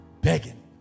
Begging